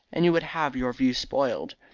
and you would have your view spoiled.